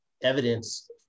evidence